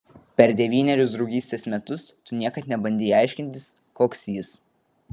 per devynerius draugystės metus tu niekad nebandei aiškintis koks jis